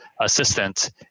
assistant